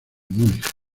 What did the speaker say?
múnich